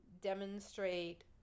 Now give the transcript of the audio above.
demonstrate